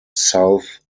south